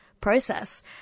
process